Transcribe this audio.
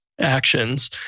actions